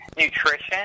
nutrition